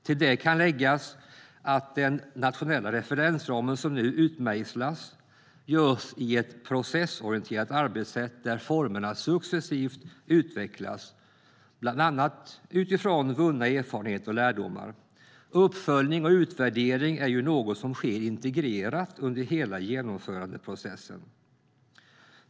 Till detta kan läggas, för det första, att den nationella referensramen nu utmejslas just i ett processorienterat arbetssätt där formerna successivt utvecklas, bland annat utifrån vunna erfarenheter och lärdomar. Uppföljning och utvärdering är ju något som sker integrerat under hela genomförandeprocessen.